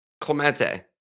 Clemente